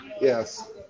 Yes